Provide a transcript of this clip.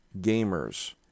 gamers